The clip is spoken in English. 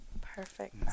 Perfect